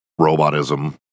robotism